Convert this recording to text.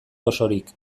osorik